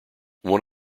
one